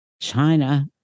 China